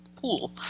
pool